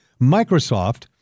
Microsoft